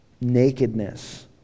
Nakedness